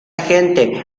gente